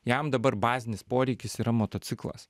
jam dabar bazinis poreikis yra motociklas